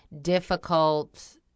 difficult